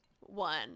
one